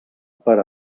per